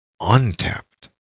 untapped